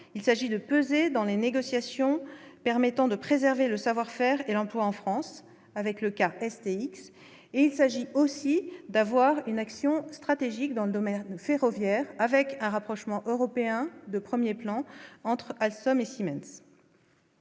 il s'agit de peser dans les négociations permettant de préserver le savoir-faire et l'emploi en France. Avec le cas STX et il s'agit aussi d'avoir une action stratégique dans le domaine ferroviaire avec un rapprochement européen de 1er plan entre Alstom et Siemens.